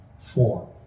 four